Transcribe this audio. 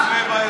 היושב-ראש,